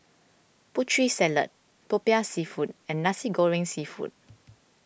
Putri Salad Popiah Seafood and Nasi Goreng Seafood